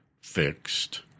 fixed